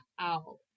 out